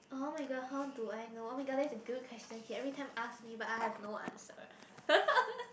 oh-my-god how do I know oh-my-god that's a good question he everytime ask me but I have no answer